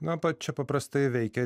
na va čia paprastai veikia